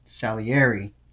Salieri